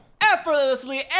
effortlessly